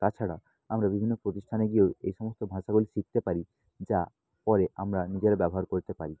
তাছাড়া আমরা বিভিন্ন প্রতিষ্ঠানে গিয়েও এই সমস্ত ভাষাগুলি শিখতে পারি যা পরে আমরা নিজেরা ব্যবহার করতে পারি